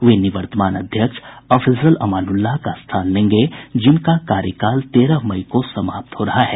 वे निवर्तमान अध्यक्ष अफजल अमानुल्लाह का स्थान लेंगे जिनका कार्यकाल तेरह मई को समाप्त हो रहा है